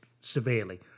severely